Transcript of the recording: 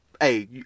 hey